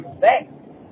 Thanks